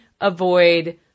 avoid